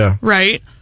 right